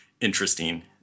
interesting